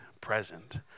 present